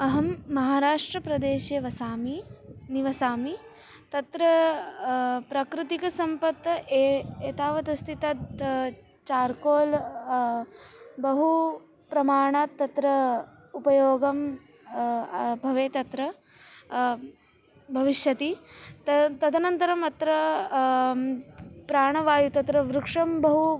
अहं महाराष्ट्रप्रदेशे वसामि निवसामि तत्र प्राकृतिकसम्पत् ए एतावत् अस्ति तत् चार्कोल् बहु प्रमाणात् तत्र उपयोगः भवेत् अत्र भविष्यति तदनन्तरम् अत्र प्राणवायुः तत्र वृक्षः बहु